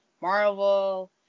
marvel